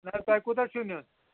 جِناب تۄہہِ کوٗتاہ چھُ نیُٚن